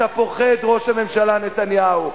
אתה פוחד, ראש הממשלה נתניהו.